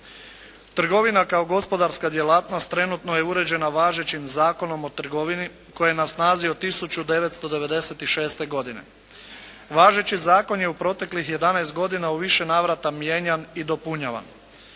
Trgovina kao gospodarska djelatnost trenutno je uređena važećim Zakonom o trgovini koji je na snazi od 1996. godine. Važeći zakon je u proteklih 11 godina u više navrata mijenjan i dopunjavan.